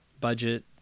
budget